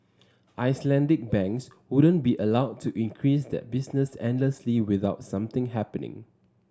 Icelandic banks wouldn't be allowed to increase that business endlessly without something happening